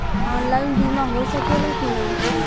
Online बीमा हो सकेला की ना?